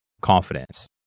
confidence